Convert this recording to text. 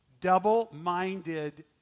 Double-minded